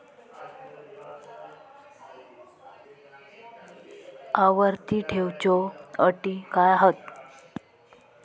आवर्ती ठेव च्यो अटी काय हत?